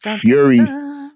Fury